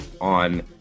on